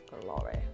Glory